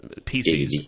PCs